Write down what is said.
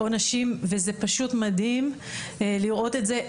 זה פשוט מדהים לראות את זה.